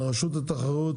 הנציג של רשות התחרות